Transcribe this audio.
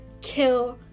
kill